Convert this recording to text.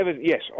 Yes